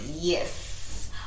Yes